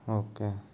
okay